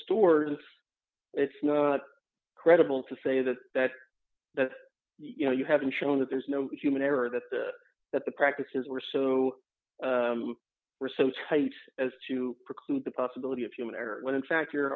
stores it's not credible to say that that that you know you haven't shown that there's no human error that the that the practices were so were so tight as to preclude the possibility of human error when in fact you